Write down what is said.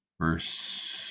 verse